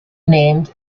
named